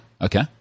Okay